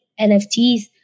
NFTs